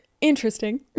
interesting